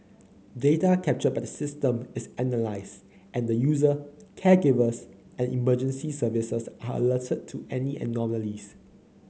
data captured by the system is analysed and the user caregivers and emergency services are alerted to any anomalies